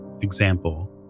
example